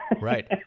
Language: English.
Right